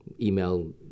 email